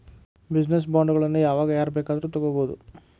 Business ಬಾಂಡ್ಗಳನ್ನ ಯಾವಾಗ್ ಯಾರ್ ಬೇಕಾದ್ರು ತಗೊಬೊದು?